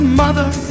mother